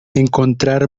encontrar